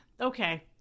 Okay